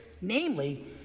namely